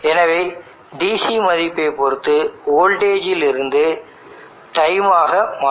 எனவே DC மதிப்பைப் பொறுத்து வோல்டேஜ் இலிருந்து டைம் ஆக மாற்றப்படும்